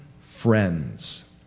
friends